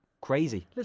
crazy